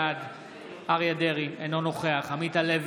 בעד אריה מכלוף דרעי, אינו נוכח עמית הלוי,